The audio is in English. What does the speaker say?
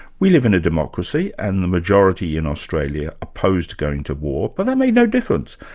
we live in a democracy and the majority in australia opposed going to war, but that made no difference.